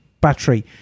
battery